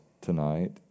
tonight